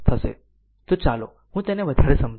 તો ચાલો હું તેને વધારે સમજાવું